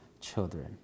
children